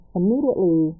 immediately